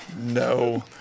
No